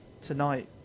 tonight